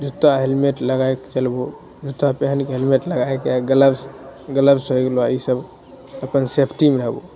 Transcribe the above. जुत्ता हेलमेट लगायके चलबौ जुत्ता पेहनके हेलमेट लगायके ग्लब्स ग्लब्स होइ गेलौ ई सब अपन सेफ्टीमे रहबो